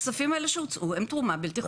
הכספים האלה שהוצאו הם תרומה בלתי חוקית.